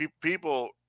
people